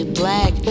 black